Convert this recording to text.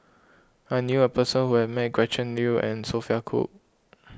I knew a person who met Gretchen Liu and Sophia Cooke